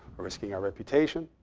we're risking our reputation.